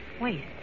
Wait